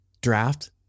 draft